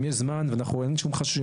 אם יש זמן ואנחנו רואים שאין שום חשש,